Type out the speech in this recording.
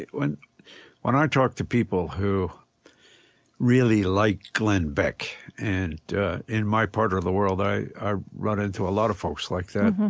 when when i talk to people who really like glenn beck and in my part of the world, i i run into a lot of folks like that